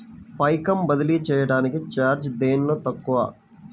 పైకం బదిలీ చెయ్యటానికి చార్జీ దేనిలో తక్కువ?